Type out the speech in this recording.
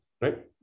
Right